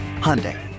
Hyundai